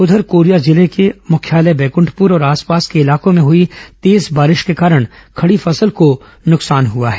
उघर कोरिया के जिला मुख्यालय बैकुंठपुर और आसपास के इलाकों में हुई तेज बारिश के कारण खड़ी फसल को नुकसान हुआ है